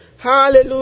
Hallelujah